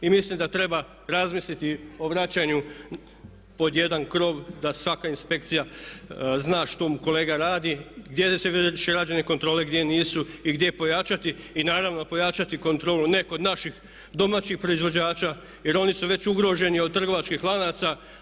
I mislim da treba razmisliti o vraćanju pod jedan krov da svaka inspekcija zna što mu kolega radi, gdje su vršili rađenje kontrole, gdje nisu i gdje pojačati i naravno pojačati kontrolu ne kod naših domaćih proizvođača jer oni su već ugroženi od trgovačkih lanaca.